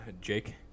jake